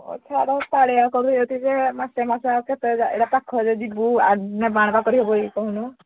ହଁ ଛାଡ଼ ପାଳିଆ କରୁ ଏଠି ଯେ ମାସେ ମାସେ କେତେ ଏଇଟା ପାଖରେ ଯିବୁ କରିହବ କି କହୁନୁ